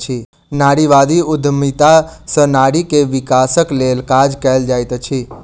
नारीवादी उद्यमिता सॅ नारी के विकासक लेल काज कएल जाइत अछि